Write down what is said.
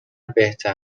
بهتر